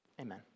Amen